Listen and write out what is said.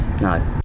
No